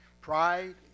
Pride